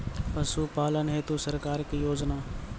पशुपालन हेतु सरकार की योजना?